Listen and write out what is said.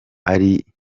ari